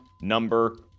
number